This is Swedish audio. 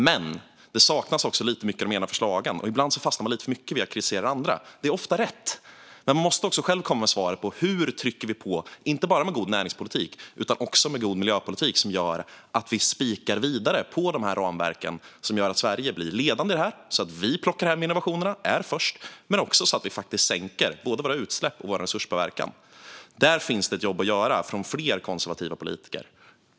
Men det saknas också lite i de egna förslagen, och ibland fastnar man lite för mycket vid att kritisera andra. Det är ofta rätt, men man måste också själv komma med svaret: Hur trycker vi på, inte bara med god näringspolitik utan också med god miljöpolitik som gör att vi spikar vidare på de ramverk som gör att Sverige blir ledande i detta, så att vi plockar hem innovationerna, är först och minskar både våra utsläpp och vår resurspåverkan? Där finns det ett jobb att göra för fler konservativa politiker.